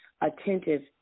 attentive